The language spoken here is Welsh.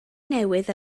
newydd